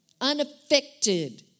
unaffected